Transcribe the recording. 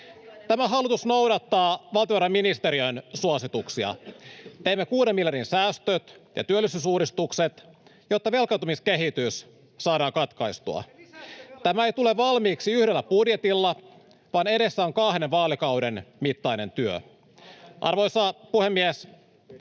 Tämä hallitus noudattaa valtiovarainministeriön suosituksia. Teemme kuuden miljardin säästöt ja työllisyysuudistukset, jotta velkaantumiskehitys saadaan katkaistua. [Jussi Saramon välihuuto] Tämä ei tule valmiiksi yhdellä budjetilla, vaan edessä on kahden vaalikauden mittainen työ. Arvoisa puhemies!